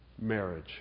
marriage